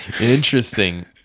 Interesting